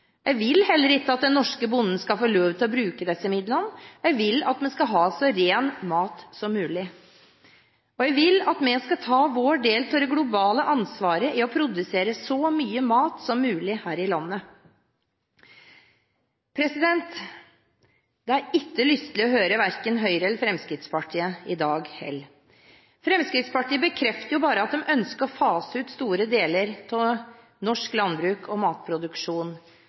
Jeg vil heller ikke at den norske bonden skal få lov til å bruke disse midlene. Jeg vil at vi skal ha så ren mat som mulig, og jeg vil at vi skal ta vår del av det globale ansvaret ved å produsere så mye mat som mulig her i landet. Det er ikke lystelig å høre verken Høyre eller Fremskrittspartiet i dag heller. Fremskrittspartiet bekrefter bare at de ønsker å fase ut store deler av norsk landbruk og matproduksjon.